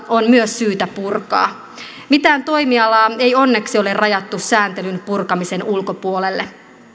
on myös syytä purkaa mitään toimialaa ei onneksi ole rajattu sääntelyn purkamisen ulkopuolelle